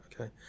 okay